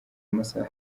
amasaha